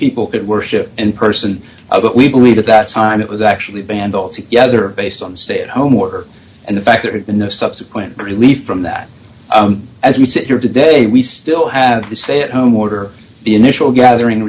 people could worship and person but we believe at that time it was actually banned altogether based on the stay at home work and the fact that in the subsequent relief from that as we sit here today d we still have to stay at home order the initial gathering